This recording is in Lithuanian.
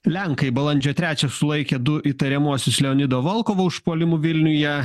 lenkai balandžio trečią sulaikė du įtariamuosius leonido volkovo užpuolimu vilniuje